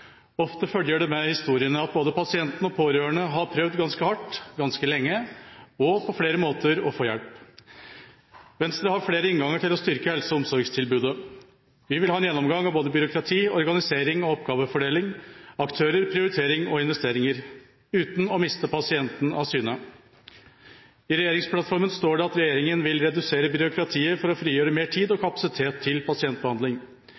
Ofte følger det med historiene at både pasienten og pårørende har prøvd ganske hardt, ganske lenge og på flere måter å få hjelp. Venstre har flere innganger til å styrke helse- og omsorgstilbudet. Vi vil ha en gjennomgang av både byråkrati, organisering og oppgavefordeling, aktører, prioritering og investeringer – uten å miste pasienten av syne. I regjeringsplattformen står det at regjeringen vil redusere byråkratiet for å frigjøre mer tid og kapasitet til pasientbehandling.